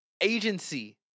agency